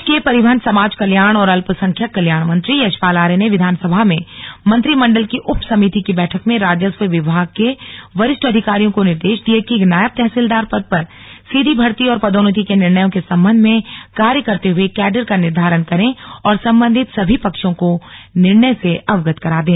प्रदेश के परिवहन समाज कल्याण और अल्पसंख्यक कल्याण मंत्री यशपाल आर्य ने विधानसभा में मंत्रीमण्डल की उप समिति की बैठक में राजस्व विभाग के वरिष्ठ अधिकारियों को निर्देश दिये कि नायब तहसीलदार पद पर सीधी भर्ती और पदोन्नति के निर्णयों के सम्बन्ध में कार्य करते हुए कैडर का निर्धारण करें और सम्बन्धित सभी पक्षों को निर्णय से अवगत करा दें